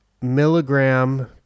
milligram